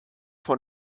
von